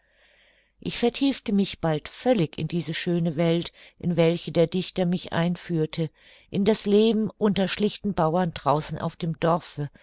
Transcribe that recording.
ich vertiefte mich bald völlig in diese schöne welt in welche der dichter mich einführte in das leben unter schlichten bauern draußen auf dem dorfe